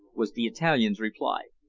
was the italian's reply.